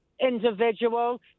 individual